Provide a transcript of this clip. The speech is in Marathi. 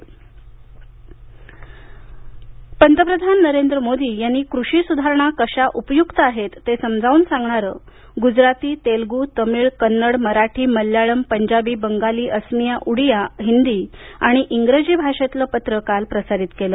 कृषी पुस्तिका पंतप्रधान नरेंद्र मोदीं यांनी कृषी सुधारणा कशा उपयुक्त आहेत ते समजावून सांगणारं गुजराती तेलुगु तमिळ कन्नड मराठी मल्याळम पंजाबी बंगाली असमिया उरिया हिंदी आणि इंग्रजी भाषेतील पत्र काल प्रसारित केलं